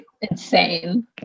insane